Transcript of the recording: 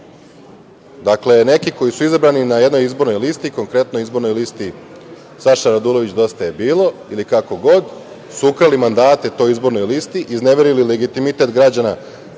neki koji su izabrani na jednoj izbornoj listi, konkretno izbornoj listi – Saša Radulović, Dosta je bilo ili kako god, su ukrali mandate toj izbornoj listi, izneverili legitimitet građana,